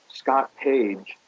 scott page,